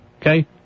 okay